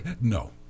no